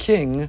King